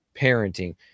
parenting